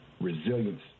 resilience